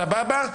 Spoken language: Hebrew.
סבבה?